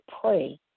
pray